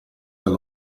dal